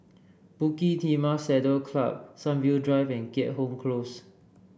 Bukit Timah Saddle Club Sunview Drive and Keat Hong Close